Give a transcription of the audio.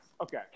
okay